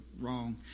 wrong